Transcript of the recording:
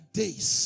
days